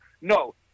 No